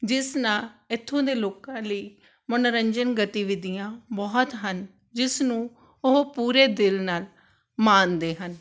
ਜਿਸ ਨਾਲ ਇੱਥੋਂ ਦੇ ਲੋਕਾਂ ਲਈ ਮਨੋਰੰਜਨ ਗਤੀਵਿਧੀਆਂ ਬਹੁਤ ਹਨ ਜਿਸ ਨੂੰ ਉਹ ਪੂਰੇ ਦਿਲ ਨਾਲ ਮਾਣਦੇ ਹਨ